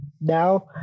now